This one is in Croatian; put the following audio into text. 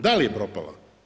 Da li je propala?